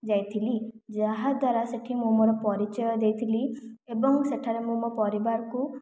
ଯାଇଥିଲି ଯାହାଦ୍ୱାରା ସେଠି ମୁଁ ମୋର ପରିଚୟ ଦେଇଥିଲି ଏବଂ ସେଠାରେ ମୁଁ ମୋ ପରିବାରକୁ